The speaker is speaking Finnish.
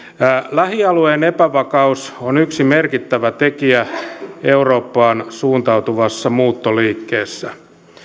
lähialueen epävakaus on yksi merkittävä tekijä eurooppaan suuntautuvassa muuttoliikkeessä